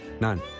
None